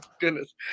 Goodness